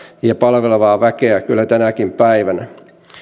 ja palvelevaa väkeä kyllä tänäkin päivänä